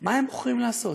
מה הם יכולים לעשות?